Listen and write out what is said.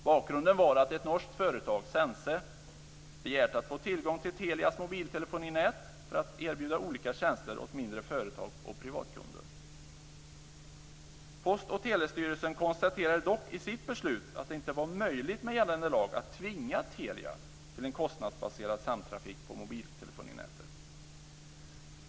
Bakgrunden var att ett norskt företag, Sense, begärt att få tillgång till Telias mobiltelefoninät för att erbjuda olika tjänster åt mindre företag och privatkunder. Post och telestyrelsen konstaterade dock i sitt beslut att det inte var möjligt med gällande lag att tvinga Telia till en kostnadsbaserad samtrafik på mobiltelefoninätet.